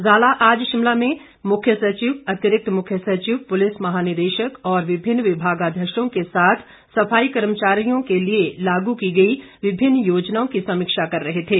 जाला आज शिमला में मुख्य सचिव अतिरिक्त मुख्य सचिव पुलिस महानिदेशक और विभिन्न विभागाध्यक्षों के साथ सफाई कर्मचारियों के लिए लागू की गई विभिन्न योजनाओं की समीक्षा कर रहे थे